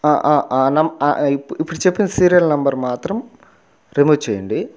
ఇప్పుడు చెప్పిన serial number మాత్రం రిమూవ్ చేయండి